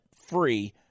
free